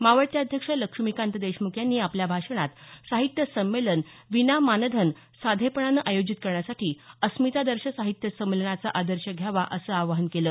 मावळते अध्यक्ष लक्ष्मीकांत देशमुख यांनी आपल्या भाषणात साहित्य संमेलन विना मानधन साधेपणानं आयोजित करण्यासाठी अस्मितादर्श साहित्य संमेलनाचा आदर्श घ्यावा असं आवाहन केलं